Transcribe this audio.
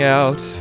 out